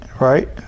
Right